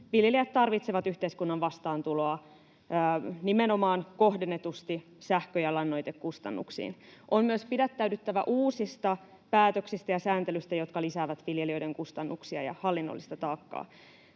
viljelijät tarvitsevat yhteiskunnan vastaantuloa nimenomaan kohdennetusti sähkö- ja lannoitekustannuksiin. On myös pidättäydyttävä uusista päätöksistä ja sääntelystä, joka lisää viljelijöiden kustannuksia ja hallinnollista taakkaa.